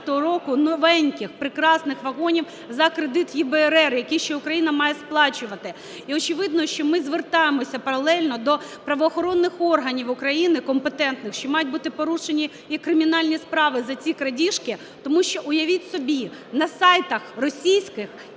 Тому що, уявіть собі, на сайтах російських